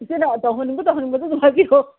ꯏꯆꯦꯅ ꯇꯧꯍꯟꯅꯤꯡꯕ ꯇꯧꯍꯟꯅꯤꯡꯕꯗꯣ ꯑꯗꯨꯝ ꯍꯥꯏꯕꯤꯔꯛꯑꯣ